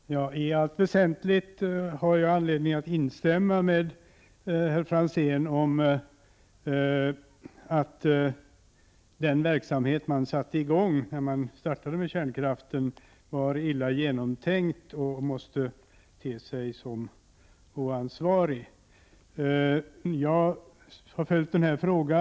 Herr talman! I allt väsentligt har jag anledning att instämma i det Ivar Franzén sade om att det var illa genomtänkt när man införde kärnkraft och ter sig som något oansvarigt. Jag har följt denna fråga.